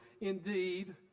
indeed